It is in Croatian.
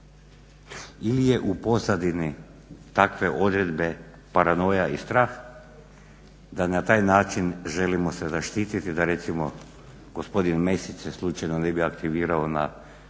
Ili je u pozadini takve odredbe paranoja i strah da na taj način želimo se zaštititi da recimo gospodin Mesić se slučajno ne bi aktivirao na